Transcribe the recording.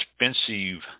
expensive